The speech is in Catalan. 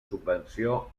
subvenció